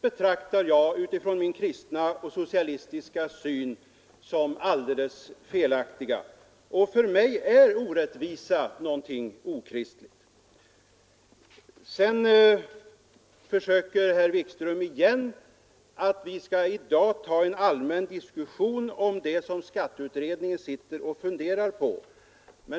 betraktar jag utifrån min kristna och socialistiska syn som något alldeles felaktigt. För mig är orättvisa någonting okristligt. Herr Wikström försökte återigen starta en allmän diskussion om det som skatteutredningen sitter och funderar på.